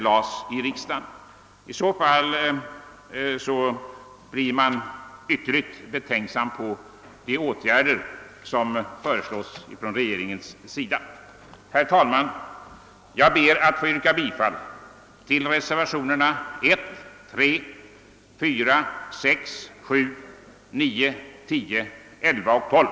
Detta skulle medföra största betänksamhet gentemot de åtgärder som föreslås från regeringens sida. Herr talman! Jag ber att få yrka bifall till reservationerna nr 1, 3, 4, 6, 7, 9, 10, 11 och 12.